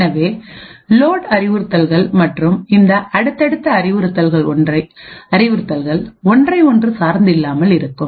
எனவே லோட் அறிவுறுத்தல்கள் மற்றும் இந்த அடுத்தடுத்த அறிவுறுத்தல்கள் ஒன்றை ஒன்று சார்ந்து இல்லாமல் இருக்கும்